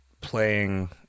playing